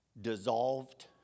dissolved